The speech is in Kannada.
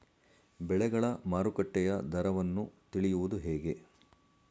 ಬೆಳೆಗಳ ಮಾರುಕಟ್ಟೆಯ ದರವನ್ನು ತಿಳಿಯುವುದು ಹೇಗೆ?